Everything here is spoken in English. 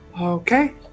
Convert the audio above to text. okay